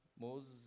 Moses